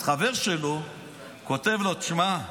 אז חבר שלו כותב לו: תשמע,